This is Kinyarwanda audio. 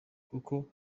kuko